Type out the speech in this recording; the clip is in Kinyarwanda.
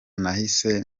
nahise